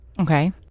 okay